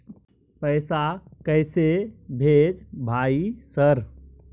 पैसा कैसे भेज भाई सर?